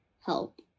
help